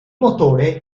motore